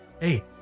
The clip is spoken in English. Hey